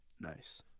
Nice